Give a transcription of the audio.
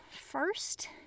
first